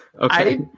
Okay